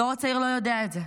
הדור הצעיר לא יודע את זה.